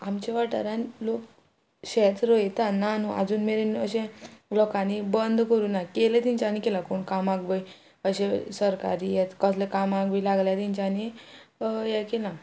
आमच्या वाठारान लोक शेत रोंयता ना न्हू आजून मेरेन अशें लोकांनी बंद करुना केलें तेंच्यांनी केलां कोण कामाक बीन अशें कोण सरकारी कसले कामाक बी लागल्या तेंच्यांनी हें केलां